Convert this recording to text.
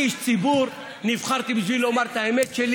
אני איש ציבור, נבחרתי בשביל לומר את האמת שלי.